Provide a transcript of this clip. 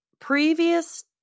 previous